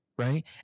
Right